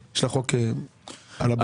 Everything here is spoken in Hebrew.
יש לה חוק על הבנקאות.